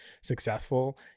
successful